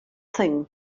thing